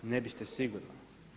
Ne biste sigurno.